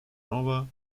nova